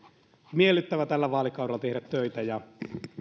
miellyttävää tällä vaalikaudella tehdä töitä ja